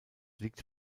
liegt